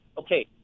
Okay